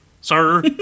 sir